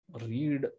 read